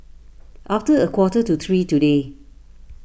after a quarter to three today